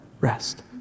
rest